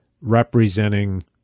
representing